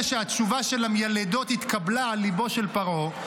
שהתשובה של המיילדות התקבלה על ליבו של פרעה.